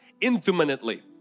intimately